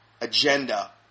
agenda